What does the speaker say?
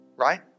Right